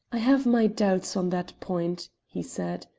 i have my doubts on that point, he said.